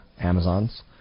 Amazon's